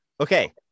Okay